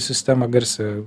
sistemą garsią